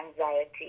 anxiety